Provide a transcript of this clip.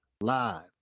Live